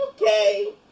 Okay